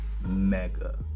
mega